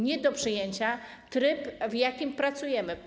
Nie do przyjęcia tryb, w jakim pracujemy.